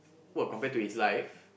what compared to his life